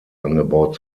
angebaut